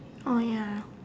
ya